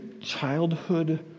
childhood